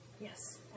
yes